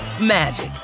magic